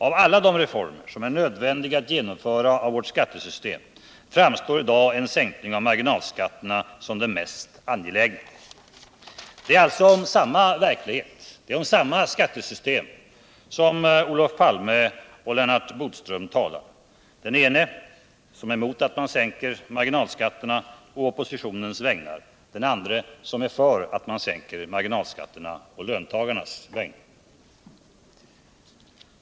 Av alla de reformer som är nödvändiga att genomföra av vårt skattesystem framstår i dag en sänkning av marginalskatterna som den mest Ändå är det om samma verklighet och om samma skattesystem som Olof Palme och Lennart Bodström talar. Den ene är å oppositionens vägnar emot en sänkning av marginalskatterna. Den andre är å löntagarnas vägnar för en sänkning av marginalskatterna.